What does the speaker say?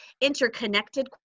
interconnected